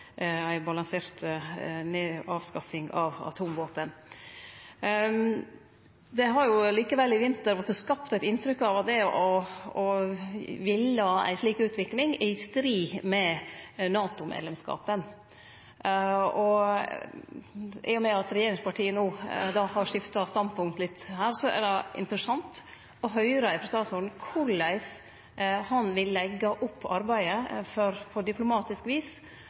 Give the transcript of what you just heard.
ei balansert avskaffing av atomvåpen. Det har likevel i vinter vorte skapt eit inntrykk av at det å ville ei slik utvikling er i strid med NATO-medlemskapen. I og med at regjeringspartia no har skifta standpunkt, hadde det vore interessant å høyre frå utanriksministeren korleis han vil leggje opp arbeidet for på diplomatisk vis